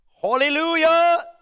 Hallelujah